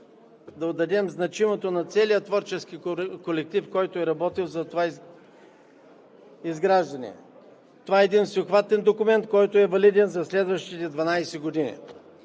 да отдадем значимото на целия творчески колектив, който е работил за това изграждане. Това е един всеобхватен документ, който е валиден за следващите 12 години.